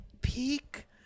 Peak